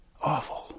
Awful